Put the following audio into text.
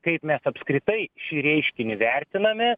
kaip mes apskritai šį reiškinį vertiname